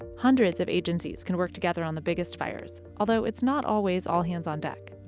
hundreds of agencies can work together on the biggest fires, although it's not always all hands on deck.